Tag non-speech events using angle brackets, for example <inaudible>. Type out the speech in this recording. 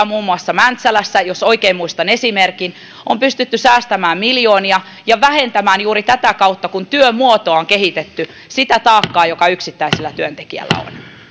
<unintelligible> muun muassa mäntsälässä jos oikein muistan esimerkin on pystytty säästämään miljoonia ja juuri tätä kautta kun työmuotoa on kehitetty on pystytty vähentämään sitä taakkaa joka yksittäisellä työntekijällä